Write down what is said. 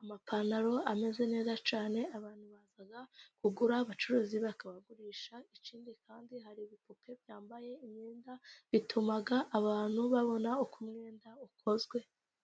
,amapantaro ameze neza cyane abantu baza kugura abacuruzi bakabagurisha. I kindi kandi hari ibipupe byambaye imyenda, bituma abantu babona uko umwenda ukozwe.